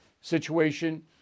situation